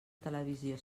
televisió